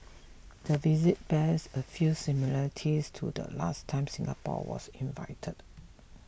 the visit bears a few similarities to the last time Singapore was invited